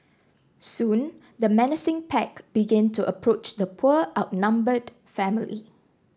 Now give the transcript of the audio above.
soon the menacing pack began to approach the poor outnumbered family